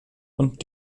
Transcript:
und